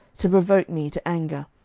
to provoke me to anger,